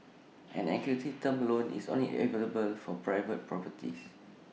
an equity term loan is only available for private properties